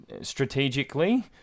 Strategically